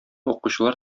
укучылар